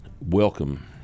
welcome